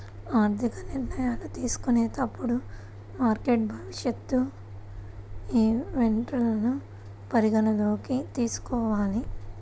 ఆర్థిక నిర్ణయాలు తీసుకునేటప్పుడు మార్కెట్ భవిష్యత్ ఈవెంట్లను పరిగణనలోకి తీసుకోవాలి